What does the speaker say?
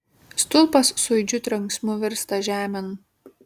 stulpas su aidžiu trenksmu virsta žemėn